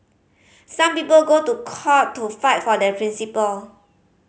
some people go to court to fight for their principle